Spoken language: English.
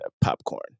popcorn